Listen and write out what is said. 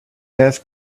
asked